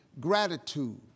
gratitude